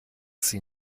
sie